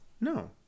No